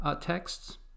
texts